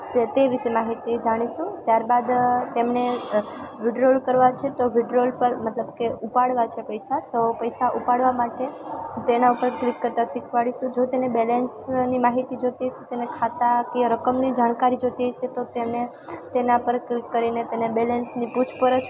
તે તે વિષે માહિતી જાણીશું ત્યારબાદ તેમને વિધ્ડ્રોઅલ કરવા છે તો વિધ્ડ્રોઅલ પર મતલબ કે ઉપાડવા છે પૈસા તો પૈસા ઉપાડવા માટે તેના પર ક્લિક કરતા શીખવાડીશું જો તેને બેલેન્સની માહિતી જોતી હશે તેને ખાતા કે રકમને જાણકારી જોતી હશે તો તેને તેના પર ક્લિક કરીને તેને બેલેન્સની પૂછપરછ